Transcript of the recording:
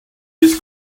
this